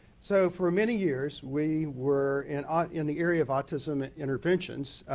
so, for many years, we were in ah in the area of autism interventions.